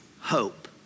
hope